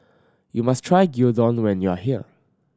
you must try Gyudon when you are here